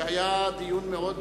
שהיה דיון מאוד